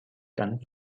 ganz